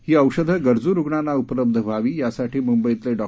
ही औषधं गरजू रुग्णांना उपलब्ध व्हावी यासाठी मुंबईतले डॉ